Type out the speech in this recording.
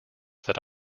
that